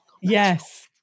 Yes